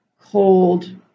cold